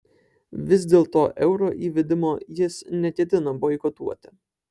vis dėlto euro įvedimo jis neketina boikotuoti